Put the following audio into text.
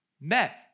met